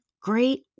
great